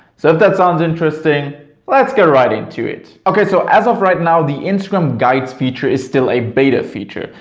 so if that sounds interesting let's get right into it. okay so as of right now the instagram guides feature is still a beta feature.